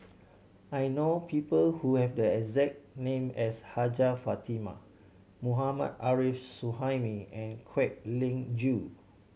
I know people who have the exact name as Hajjah Fatimah Mohammad Arif Suhaimi and Kwek Leng Joo